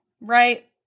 right